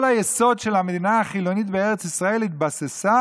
כל היסוד של המדינה החילונית בארץ ישראל התבסס על